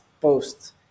post